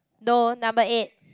no number eight